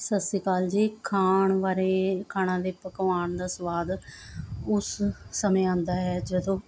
ਸਤਿ ਸ਼੍ਰੀ ਅਕਾਲ ਜੀ ਖਾਣ ਬਾਰੇ ਖਾਣਾ ਦੇ ਪਕਵਾਨ ਦਾ ਸਵਾਦ ਉਸ ਸਮੇਂ ਆਉਂਦਾ ਹੈ ਜਦੋਂ